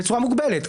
בצורה מוגבלת.